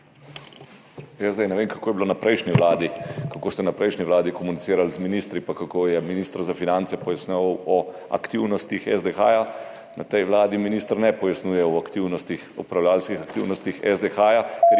Ne vem, kako je bilo na prejšnji vladi, kako ste na prejšnji vladi komunicirali z ministri pa kako je minister za finance pojasnjeval o aktivnostih SDH, na tej vladi minister ne pojasnjuje o upravljavskih aktivnostih SDH,